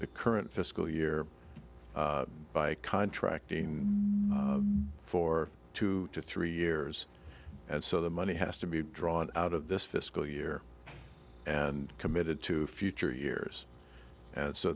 the current fiscal year by contracting for two to three years and so the money has to be drawn out of this fiscal year and committed to future years and so